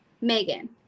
Megan